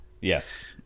Yes